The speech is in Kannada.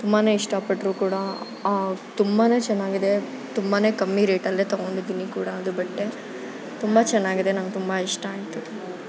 ತುಂಬಾ ಇಷ್ಟ ಪಟ್ಟರು ಕೂಡ ತುಂಬಾ ಚೆನ್ನಾಗಿದೆ ತುಂಬಾ ಕಮ್ಮಿ ರೇಟಲ್ಲೇ ತೊಗೊಂಡಿದೀನಿ ಕೂಡ ಅದು ಬಟ್ಟೆ ತುಂಬ ಚೆನ್ನಾಗಿದೆ ನಂಗೆ ತುಂಬ ಇಷ್ಟ ಆಯಿತು